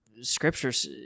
scriptures